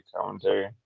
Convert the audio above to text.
commentary